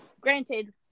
granted